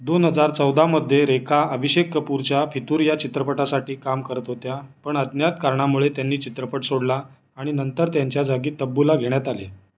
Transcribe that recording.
दोन हजार चौदामध्ये रेखा अभिषेक कपूरच्या फितूर या चित्रपटासाठी काम करत होत्या पण अज्ञात कारणामुळे त्यांनी चित्रपट सोडला आणि नंतर त्यांच्या जागी तब्बूला घेण्यात आले